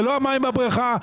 זה לא המים בבריכה,